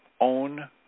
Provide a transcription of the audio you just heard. own